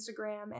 Instagram